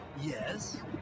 Yes